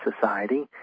society